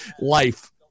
life